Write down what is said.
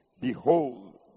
Behold